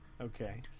Okay